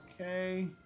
Okay